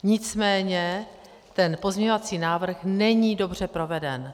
Nicméně ten pozměňovací návrh není dobře proveden.